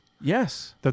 Yes